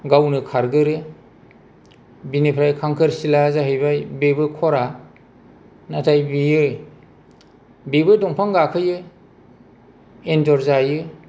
गावनो खारगोरो बिनिफ्राय खांखोरसिलाया जाहैबाय बेबो खरा नाथाय बेयो बेबो दंफां गाखोयो एन्जर जायो